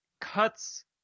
cuts